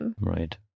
Right